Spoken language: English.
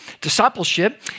Discipleship